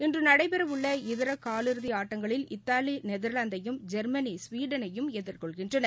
இன்று நடைபெறவுள்ள இதர காலிறுதி ஆட்டங்களில் இத்தாலி நெதர்லாந்தையும் ஜெர்மனி சுவீடனையும் எதிர்கொள்கின்றன